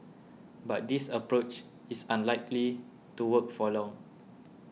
but this approach is unlikely to work for long